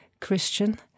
Christian